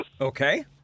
Okay